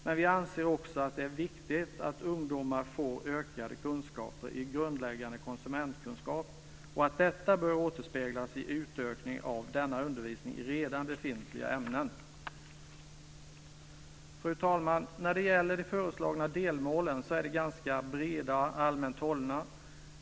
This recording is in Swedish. Men vi anser också att det är viktigt att ungdomar får ökade kunskaper i grundläggande konsumentkunskap och att detta bör återspeglas i en utökning av denna undervisning i redan befintliga ämnen. Fru talman! När det gäller de föreslagna delmålen är de ganska breda och allmänt hållna.